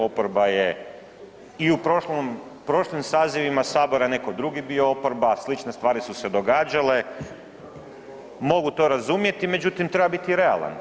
Oporba je i u prošlom, prošlim sazivima sabora neko drugi bio oporba, slične stvari su se događale, mogu to razumjeti, međutim treba biti realan.